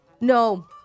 No